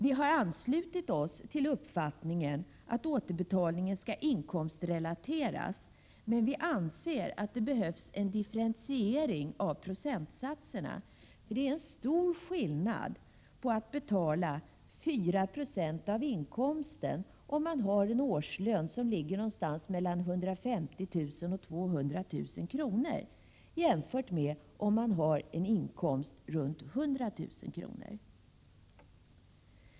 Vi har anslutit oss till uppfattningen att återbetalningen skall inkomstrelateras. Men vi anser att det behövs en differentiering av procentsatserna. Om man skall betala 4 96 av inkomsten, blir ju skillnaden stor mellan den som har en årslön på mellan 150 000 och 200 000 kr. och den som har en årsinkomst på runt 100 000 kr.